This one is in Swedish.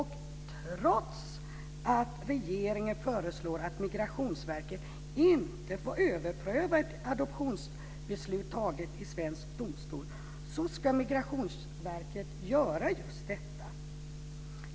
Trots att regeringen föreslår att Migrationsverket inte får överpröva ett adoptionsbeslut fattat i svensk domstol ska Migrationsverket göra just detta.